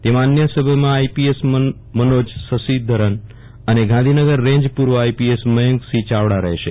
તેમ ાં અન્ય સભ્યોમાં આઈપીએસ મનોજ શશિધરન અને ગાંધોનગર રેન્જ પુર્વ I P S Mayank Singh Chavda રહેશે